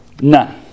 None